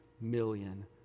million